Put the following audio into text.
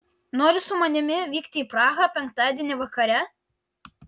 nori su manimi vykti į prahą penktadienį vakare